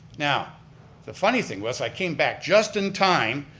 now the funny thing was, i came back just in time,